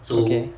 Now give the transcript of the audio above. okay